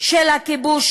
של הכיבוש,